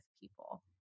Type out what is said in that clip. people